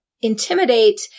intimidate